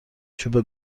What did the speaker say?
چوب